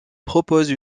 propose